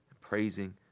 praising